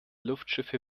luftschiffe